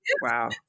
Wow